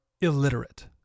illiterate